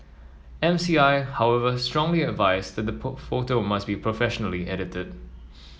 M C I however strongly advised that put photo must be professionally edited